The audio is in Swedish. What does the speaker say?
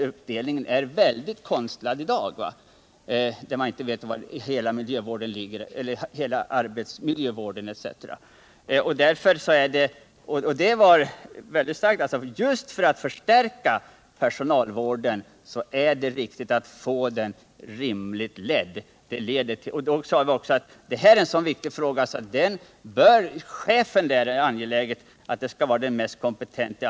Utredningen uttalade alltså mycket starkt att det, just för att förstärka personalvården , är viktigt att få en rimlig ledning av den. Visade också att det här är en så viktig fråga att det är angeläget att till chef för personalenheten utses den mest kompetente.